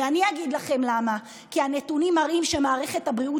ואני אגיד לכם למה: כי הנתונים מראים שמערכת הבריאות,